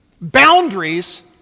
boundaries